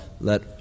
Let